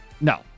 No